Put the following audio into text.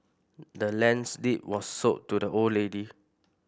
the land's deed was sold to the old lady